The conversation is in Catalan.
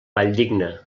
valldigna